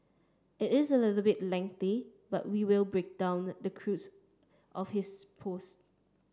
it is a little bit lengthy but we will break down the crux of his post